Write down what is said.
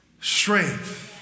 strength